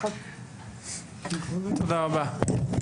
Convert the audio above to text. תודה רבה.